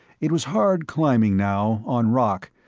it was hard climbing now, on rock,